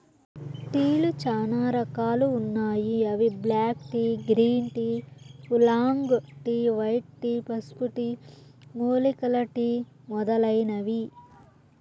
టీలు చానా రకాలు ఉన్నాయి అవి black tea, green tea, oolong tea, white tea, పసుపు టీ, మూలికల టీ మొదలైనవి